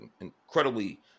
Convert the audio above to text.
incredibly